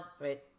Wait